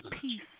peace